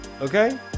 okay